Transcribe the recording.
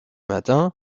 matin